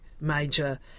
major